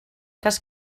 cas